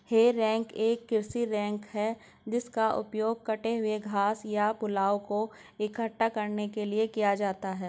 हे rake एक कृषि rake है जिसका उपयोग कटे हुए घास या पुआल को इकट्ठा करने के लिए किया जाता है